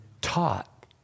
taught